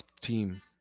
team